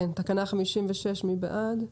תקנה 56, מי בעד?